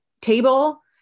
table